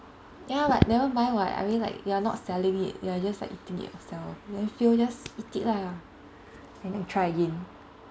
ya [what] never mind [what] I mean you are not selling it you are just eating it yourself when fail just eat it lah and then try again